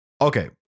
Okay